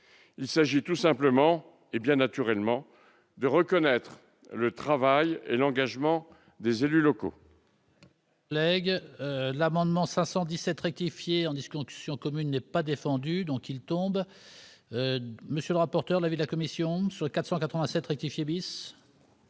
Il s'agit tout simplement, et bien naturellement, de reconnaître le travail et l'engagement des élus locaux.